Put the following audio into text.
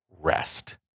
rest